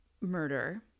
murder